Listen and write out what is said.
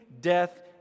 death